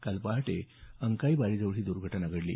काल पहाटे अंकाई बारी जवळ ही दुर्घटना घडली